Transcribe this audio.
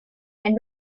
and